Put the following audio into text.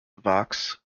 vox